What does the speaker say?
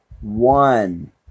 one